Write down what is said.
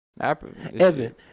Evan